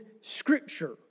Scripture